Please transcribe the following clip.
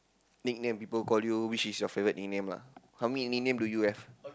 nickname people call you which is your favourite nickname lah how many nickname do you have